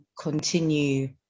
continue